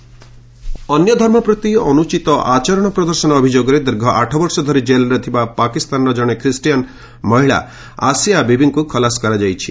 Pak women ଅନ୍ୟ ଧର୍ମ ପ୍ରତି ଅନୁଚିତ ଆଚରଣ ପ୍ରଦର୍ଶନ ଅଭିଯୋଗରେ ଦୀର୍ଘ ଆଠବର୍ଷ ଧରି ଜେଲ୍ରେ ଥିବା ପାକିସ୍ତାନର ଜଣେ ଖ୍ରୀଷ୍ଟିଆନ୍ ମହିଳା ଆସିଆ ବିବିଙ୍କୁ ଖଲାସ କରାଯାଇଛି